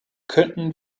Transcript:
könnten